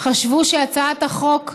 חשבו שהצעת החוק נחוצה.